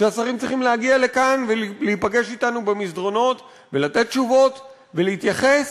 שהשרים צריכים להגיע לכאן ולהיפגש אתנו במסדרונות ולתת תשובות ולהתייחס,